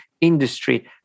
industry